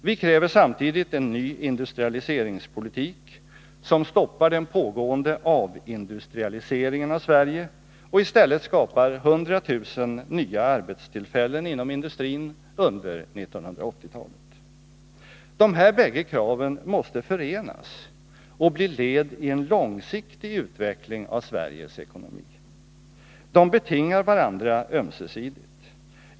Vi kräver samtidigt en ny industrialiseringspolitik som stoppar den pågående avindustrialiseringen av Sverige och i stället skapar 100 000 nya arbetstillfällen inom industrin under 1980-talet. De här bägge kraven måste förenas och bli led i en långsiktig utveckling av Sveriges ekonomi. De betingar varandra ömsesidigt.